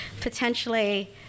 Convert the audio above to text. potentially